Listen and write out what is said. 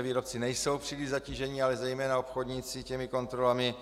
Výrobci nejsou příliš zatíženi, ale zejména obchodníci těmi kontrolami.